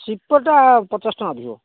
ସ୍ଲିପର୍ଟା ପଚାଶ ଟଙ୍କା ଅଧିକ